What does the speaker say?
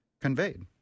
conveyed